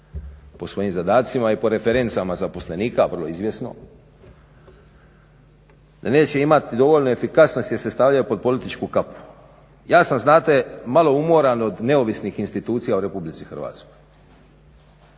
po svojim zadacima i po referencama zaposlenika vrlo izvjesno, da neće imati dovoljno efikasnosti jer se stavljaju pod političku kapu. Ja sam znate malo umoran od neovisnih institucija u RH pa vam